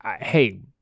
hey